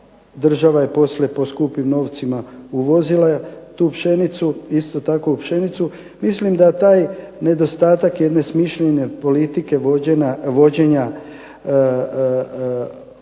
država je poslije po skupim novcima uvozila tu pšenicu, istu takvu pšenicu mislim da taj nedostatak jedne smišljene politike vođenja robnih